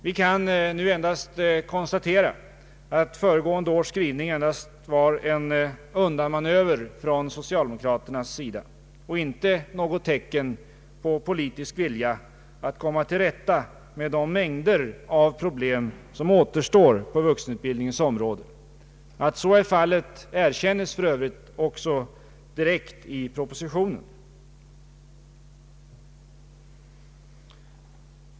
Vi kan nu endast konstatera att föregående års skrivning bara var en undanmanöver från socialdemokraternas sida och inte något tecken på politisk vilja att komma till rätta med de mängder av problem som återstår på vuxenutbildningens område. Att mycket återstår att lösa erkänns för övrigt också direkt i propositionen.